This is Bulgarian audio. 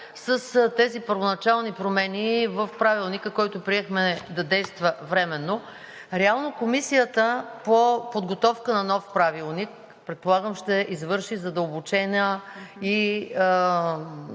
с тези първоначални промени в Правилника, който приехме да действа временно. Реално Комисията по подготовка на нов правилник предполагам, че ще извърши задълбочена,